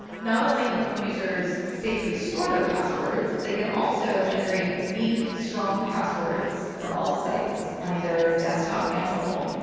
not only can chrome users safely store their passwords, but they can also generate unique, strong passwords for all sites on either desktop and mobile.